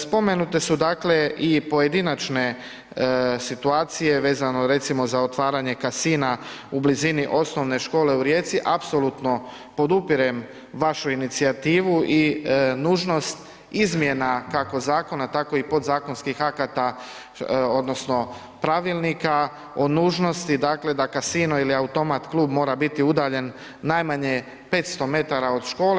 Spomenute su, dakle, i pojedinačne situacije vezano recimo za otvaranje Casina u blizini osnovne škole u Rijeci, apsolutno podupirem vašu inicijativu i nužnost izmjena kako zakona, tako i podzakonskih akata odnosno pravilnika o nužnosti, dakle, da Casino ili Automatclub mora biti udaljen najmanje 500 m od škole.